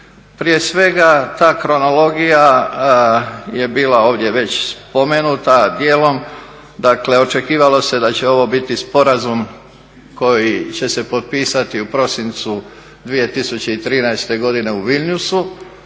Prije svega ta kronologija je bila ovdje već spomenut dijelom, dakle očekivalo se da će ovo biti sporazum koji će se potpisati u prosincu 2013. godine u Vilniusu,